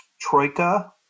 Troika